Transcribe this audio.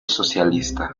socialista